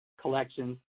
collections